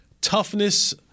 toughness